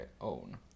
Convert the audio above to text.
own